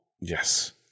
yes